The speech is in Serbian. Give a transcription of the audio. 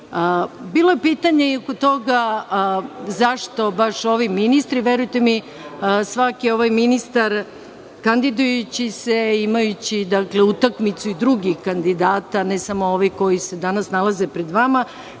je pitanje i oko toga zašto baš ovi ministri. Verujte mi, svaki ovaj ministar kandidujući se i igrajući utakmicu drugih kandidata, a ne samo ovih koji se danas nalaze pred vama,